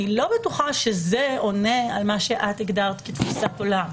אני לא בטוחה שזה עונה על מה שאת הגדרת כתפיסת עולם.